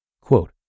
Quote